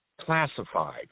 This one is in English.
classified